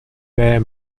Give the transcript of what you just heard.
bear